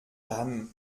dame